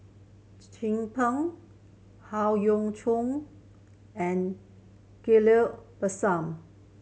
Chin Peng Howe Yoon Chong and Ghillie Basan